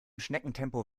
schneckentempo